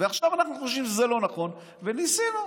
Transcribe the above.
ועכשיו אנחנו חושבים שזה לא נכון, וניסינו.